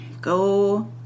Go